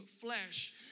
flesh